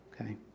Okay